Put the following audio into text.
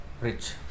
rich